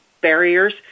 barriers